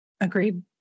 Agreed